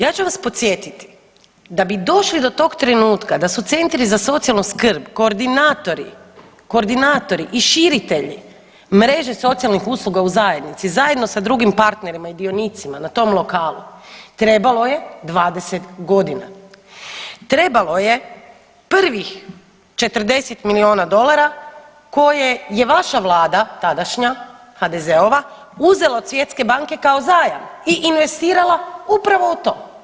Ja ću vas podsjetiti, da bi došli do tog trenutka da su centri za socijalnu skrb koordinatori, koordinatori i širitelji mreže socijalnih usluga u zajednici zajedno sa drugim partnerima i dionicima na tom lokalu trebalo je 20.g., trebalo je prvih 40 milijuna dolara koje je vaša vlada tadašnja, HDZ-ova, uzela od Svjetske banke kao zajam i investirala upravo u to.